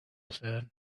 said